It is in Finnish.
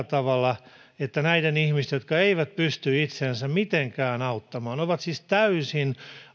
tavalla näiden ihmisten kohdalla jotka eivät pysty itseänsä mitenkään auttamaan ja ovat siis täysin